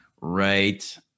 right